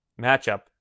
matchup